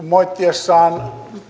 moittiessaan